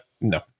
no